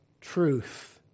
truth